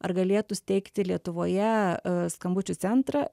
ar galėtų steigti lietuvoje skambučių centrą